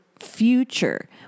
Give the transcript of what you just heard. future